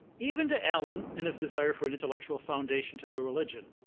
even to allen and his desire for an intellectual foundation to their religion,